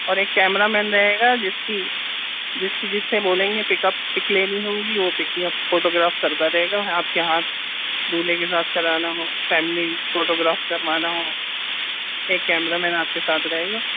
اور ایک cameraman رہے گا جس کی جس کی جس سے بولیں گے پک اپ پک لینی ہوگی وہ پک یا فوٹو گراف کرتا جائے گا اگر آپ کے ہاتھ دولہے کے ساتھ کرانا ہو فیملی فوٹو گراف کروانا ہو ایک کیمرہ مین آپ کے ساتھ رہے گا